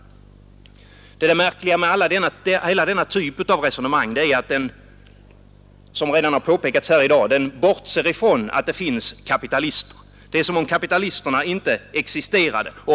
Det märkliga med hela denna typ av resonemang är att den — såsom påpekats här i dag — bortser från att det finns kapitalister. Det är som om kapitalisterna inte existerade.